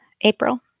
April